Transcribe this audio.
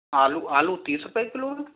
आलू आलू तीस रुपए किलो